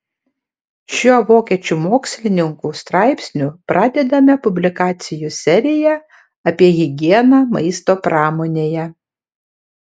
šiuo vokiečių mokslininkų straipsniu pradedame publikacijų seriją apie higieną maisto pramonėje